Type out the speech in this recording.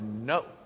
no